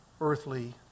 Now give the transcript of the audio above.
earthly